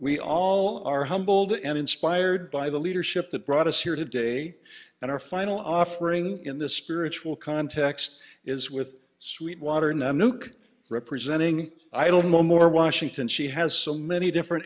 we all are humbled and inspired by the leadership that brought us here today in our final offering in the spiritual context is with sweet water and nuke representing i don't know more washington she has so many different